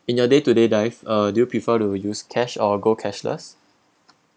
in your day to day life uh do you prefer to use cash or go cashless